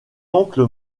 oncle